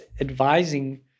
advising